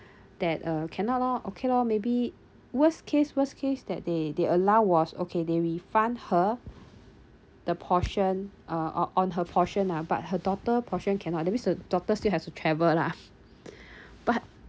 that uh cannot lor okay lor maybe worst case worst case that they they allow was okay they refund her the portion uh on on her portion ah but her daughter portion cannot that's mean the daughter still have to travel lah but